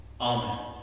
Amen